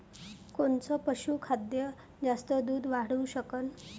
कोनचं पशुखाद्य जास्त दुध वाढवू शकन?